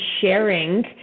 sharing